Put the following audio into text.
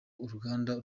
uruganda